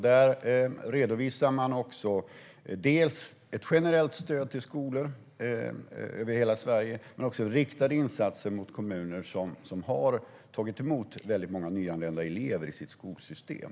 Där redovisar man ett generellt stöd till skolor över hela Sverige men också riktade insatser till kommuner som har tagit emot väldigt många nyanlända elever i sitt skolsystem.